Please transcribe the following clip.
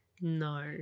No